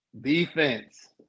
defense